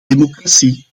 democratie